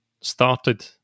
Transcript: started